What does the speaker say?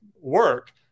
work